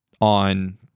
on